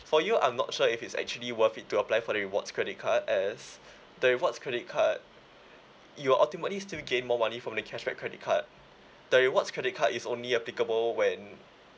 for you I'm not sure if it's actually worth it to apply for rewards credit card as the rewards credit card you are ultimately still gain more money from the cashback credit card the rewards credit card is only applicable when